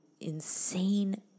insane